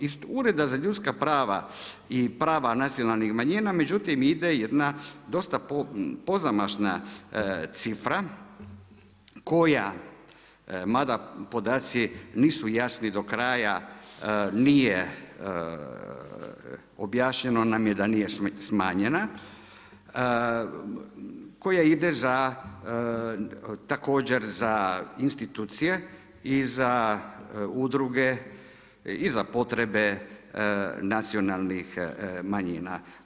Iz Ureda za ljudska prava i prava nacionalnih manjina međutim ide jedna dosta pozamašna cifra koja mada podaci nisu jasni do kraja, objašnjeno nam je da nije smanjena, koji ide za institucije i za udruge i za potrebe nacionalnih manjina.